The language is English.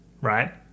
right